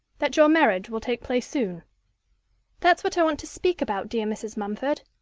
that your marriage will take place soon that's what i want to speak about, dear mrs. mumford.